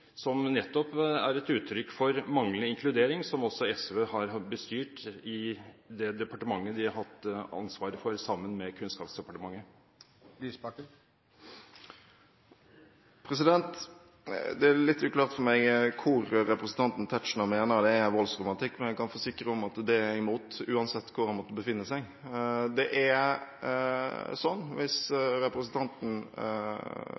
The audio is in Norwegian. som nettopp er uttrykk for manglende inkludering, som også SV har bestyrt i det departementet de har hatt ansvaret for sammen med Kunnskapsdepartementet? Det er litt uklart for meg hvor representanten Tetzschner mener det er voldsromantikk, men jeg kan forsikre om at det er jeg imot uansett hvor den måtte befinne seg. Det er sånn,